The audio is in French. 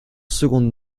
secondes